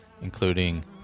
including